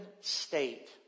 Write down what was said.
state